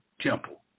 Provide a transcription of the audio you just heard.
temple